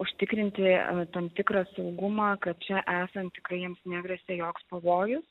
užtikrinti tam tikrą saugumą kad čia esant tikrai jiems negresia joks pavojus